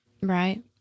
Right